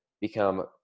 become